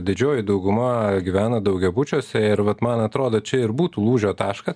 didžioji dauguma gyvena daugiabučiuose ir vat man atrodo čia ir būtų lūžio taškas